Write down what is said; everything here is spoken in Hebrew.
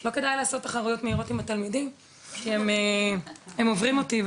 ולא כדאי לעשות תחרויות עם התלמידים כי הם עוברים אותי.